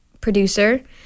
producer